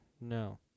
No